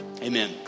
Amen